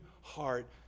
heart